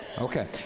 Okay